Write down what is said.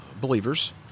believers